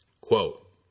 Quote